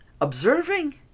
Observing